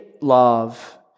love